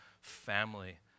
family